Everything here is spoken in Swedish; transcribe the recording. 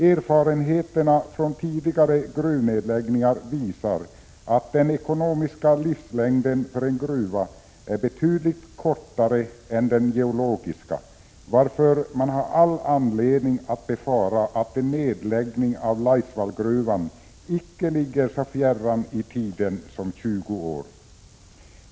Erfarenheterna från tidigare gruvnedläggningar visar att den ekonomiska livslängden för en gruva är betydligt kortare än den geologiska, varför man har all anledning att befara att en nedläggning av Laisvallgruvan icke ligger så fjärran i tiden som 20 år.